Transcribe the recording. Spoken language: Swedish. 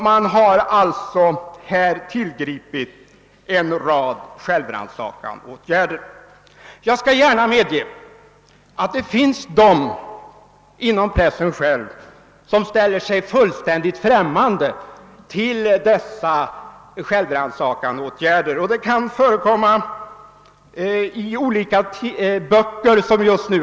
Man har alltså tillgripit en rad självrannsakande åtgärder. Jag skall gärna medge att det finns personer inom pressen som ställer sig fullständigt främmande till dessa självrannsakanåtgärder.